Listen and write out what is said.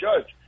Judge